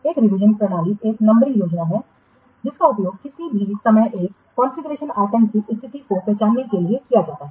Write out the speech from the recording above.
एक रिवीजन प्रणाली एक नंबरिंग योजना है जिसका उपयोग किसी भी समय एक कॉन्फ़िगरेशन आइटम की स्थिति की पहचान करने के लिए किया जाता है